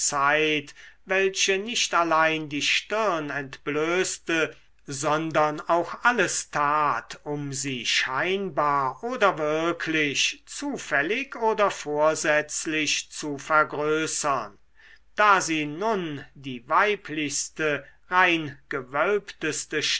welche nicht allein die stirn entblößte sondern auch alles tat um sie scheinbar oder wirklich zufällig oder vorsätzlich zu vergrößern da sie nun die weiblichste